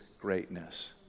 greatness